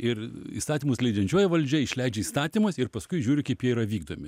ir įstatymus leidžiančioji valdžia išleidžia įstatymus ir paskui žiūri kaip jie yra vykdomi